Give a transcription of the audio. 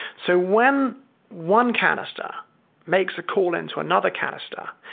so when one canister makes a call into another canister,